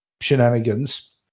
shenanigans